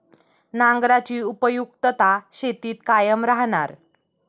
नांगराची उपयुक्तता शेतीत कायम राहणार